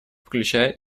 включая